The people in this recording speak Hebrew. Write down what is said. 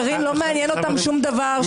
קארין, לא מעניין אותם שום דבר.